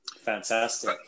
fantastic